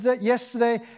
yesterday